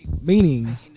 Meaning